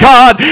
God